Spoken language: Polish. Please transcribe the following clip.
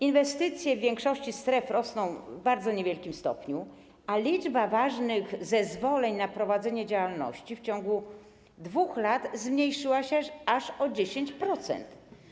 Inwestycje w większości stref rosną w bardzo niewielkim stopniu, a liczba ważnych zezwoleń na prowadzenie działalności w ciągu 2 lat zmniejszyła się aż o 10%.